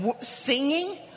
singing